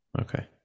Okay